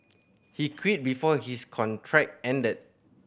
he quit before his contract ended